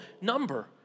number